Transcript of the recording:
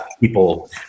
people